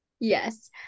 Yes